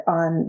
on